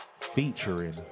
featuring